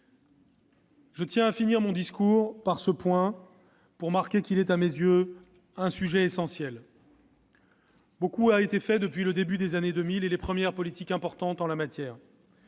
Je tiens à finir mon discours par ce point, afin de marquer qu'il s'agit, à mes yeux, d'un sujet essentiel. Beaucoup a été fait depuis le début des années 2000, avec de premières politiques importantes en la matière.